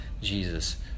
Jesus